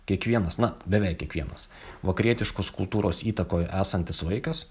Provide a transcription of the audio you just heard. kiekvienas na beveik kiekvienas vakarietiškos kultūros įtakoj esantis vaikas